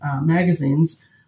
magazines